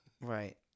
Right